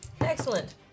Excellent